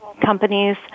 companies